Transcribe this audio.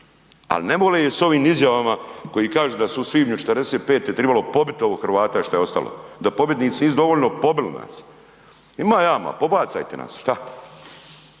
al ne vole je s ovim izjavama koji kažu da su u svibnju '45. tribalo pobit ovo Hrvata šta je ostalo, da pobjednici nisu dovoljno pobili nas. Ima jama, pobacajte nas, šta,